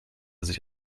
sich